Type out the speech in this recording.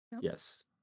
Yes